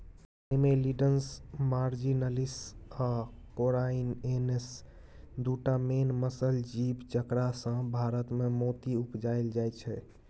Lamellidens marginalis आ corrianus दु टा मेन मसल जीब जकरासँ भारतमे मोती उपजाएल जाइ छै